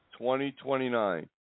2029